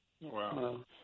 Wow